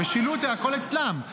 המשילות, הכול אצלם.